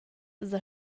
s’ha